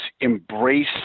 embrace